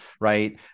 right